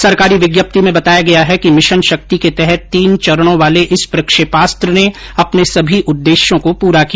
सरकारी विज्ञप्ति में बताया गया है कि मिशन शक्ति के तहत तीन चरणों वाले इस प्रक्षेपास्त्र ने अपने सभी उद्देश्यों को पूरा किया